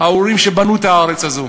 ההורים שבנו את הארץ הזאת,